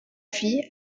fille